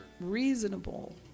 Reasonable